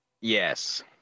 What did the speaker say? Yes